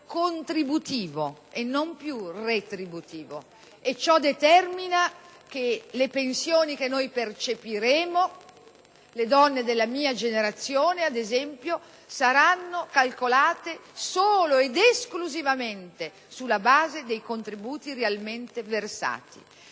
contributivo e non più retributivo e ciò determina che le pensioni che noi percepiremo - mi riferisco alle donne della mia generazione, per esempio - saranno calcolate solo ed esclusivamente sulla base dei contributi realmente versati